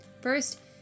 First